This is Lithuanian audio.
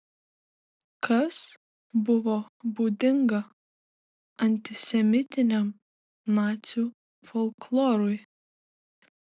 kas buvo būdinga antisemitiniam nacių folklorui